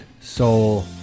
soul